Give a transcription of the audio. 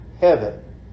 heaven